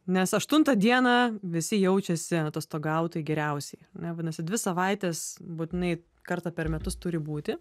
nes aštuntą dieną visi jaučiasi atostogautojai geriausiai ane vadinasi dvi savaites būtinai kartą per metus turi būti